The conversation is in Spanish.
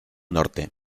norte